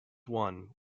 won